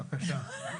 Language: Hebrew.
בבקשה.